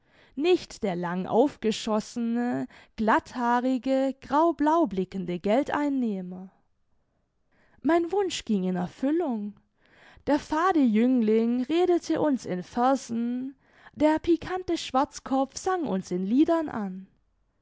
nicht der lang aufgeschossene glatthaarige grau blaublickende geldeinnehmer mein wunsch ging in erfüllung der fade jüngling redete uns in versen der pikante schwarzkopf sang uns in liedern an